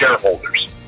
shareholders